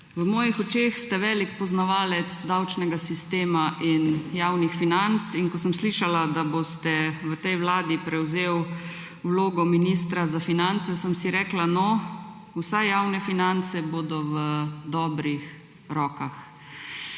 V mojih očeh ste velik poznavalec davčnega sistema in javnih financ in ko sem slišala, da boste v tej vladi prevzeli vlogo ministra za finance, sem si rekla, no, vsaj javne finance bodo v dobrih rokah.